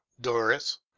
doris